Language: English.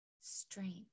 strength